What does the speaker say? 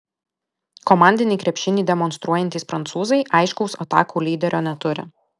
komandinį krepšinį demonstruojantys prancūzai aiškaus atakų lyderio neturi